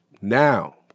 now